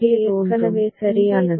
எனவே இது ஏற்கனவே சரியானது